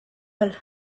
and